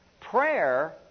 Prayer